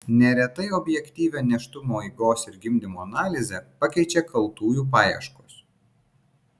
neretai objektyvią nėštumo eigos ir gimdymo analizę pakeičia kaltųjų paieškos